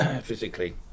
physically